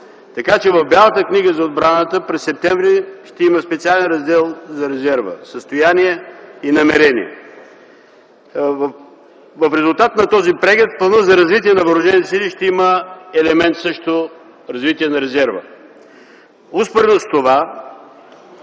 така че в Бялата книга за отбраната през м. септември т.г. ще има специален раздел за резерва „Състояние и намерения”. В резултат на този преглед в Плана за развитие на Въоръжените сили също ще има елемент „развитие на резерва”. Успоредно с това